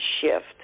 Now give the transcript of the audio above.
shift